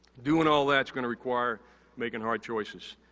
doing all that's gonna require making hard choices.